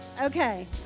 Okay